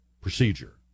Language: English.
procedure